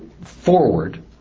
forward